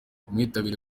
ubwitabire